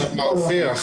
אופיר,